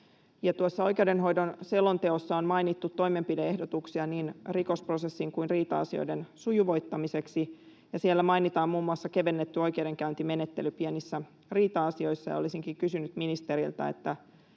Oikeudenhoidon selonteossa on mainittu toimenpide-ehdotuksia niin rikosprosessin kuin riita-asioiden sujuvoittamiseksi ja siellä mainitaan muun muassa kevennetty oikeudenkäyntimenettely pienissä riita-asioissa. Olisinkin kysynyt ministeriltä: missä